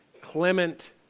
Clement